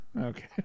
Okay